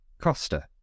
Costa